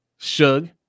Shug